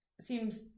seems